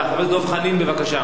תודה, אדוני היושב-ראש.